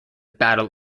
battle